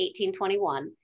1821